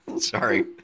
Sorry